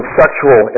sexual